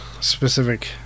specific